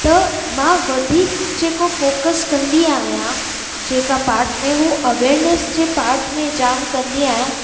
त मां वधीक जेको फ़ोकस कंदी आहियां जेका पाट में हू अवेयरनेस जे पाट में जाम कंदी आहियां